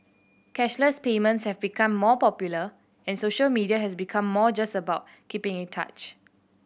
cashless payments have become more popular and social media has become more just about keeping in touch